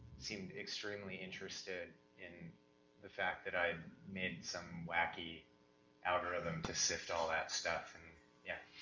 seemed extremely interested in the fact that i made some wacky algorithm to sift all that stuff and yeah.